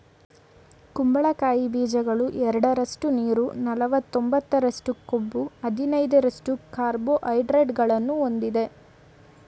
ಕುಂಬಳಕಾಯಿ ಬೀಜಗಳು ಎರಡರಷ್ಟು ನೀರು ನಲವತ್ತೊಂಬತ್ತರಷ್ಟು ಕೊಬ್ಬು ಹದಿನೈದರಷ್ಟು ಕಾರ್ಬೋಹೈಡ್ರೇಟ್ಗಳನ್ನು ಹೊಂದಯ್ತೆ